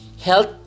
Health